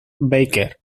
baker